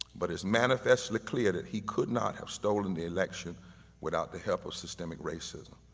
but it's manifestly clear that he could not have stolen the election without the help of systemic racism.